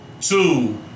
two